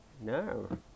No